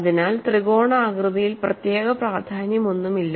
അതിനാൽ ത്രികോണാകൃതിയിൽ പ്രത്യേക പ്രാധാന്യമൊന്നുമില്ല